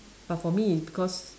but for me is because